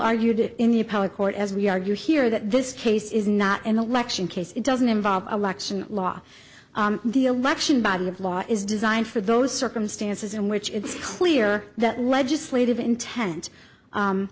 appellate court as we argue here that this case is not an election case it doesn't involve election law the election body of law is designed for those circumstances in which it's clear that legislative intent